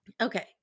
okay